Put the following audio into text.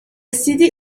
city